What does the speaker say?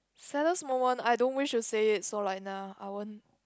saddest moment I don't wish to say it so like nah I won't